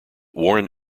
warren